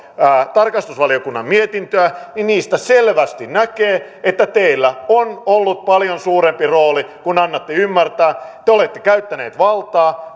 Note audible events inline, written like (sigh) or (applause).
tarkastusvaliokunnan mietintöä niin niistä selvästi näkee että teillä on ollut paljon suurempi rooli kuin annatte ymmärtää te olette käyttänyt valtaa (unintelligible)